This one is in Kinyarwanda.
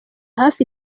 hafi